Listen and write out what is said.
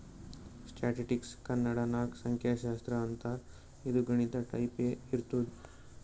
ಸ್ಟ್ಯಾಟಿಸ್ಟಿಕ್ಸ್ಗ ಕನ್ನಡ ನಾಗ್ ಸಂಖ್ಯಾಶಾಸ್ತ್ರ ಅಂತಾರ್ ಇದು ಗಣಿತ ಟೈಪೆ ಇರ್ತುದ್